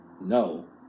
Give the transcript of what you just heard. No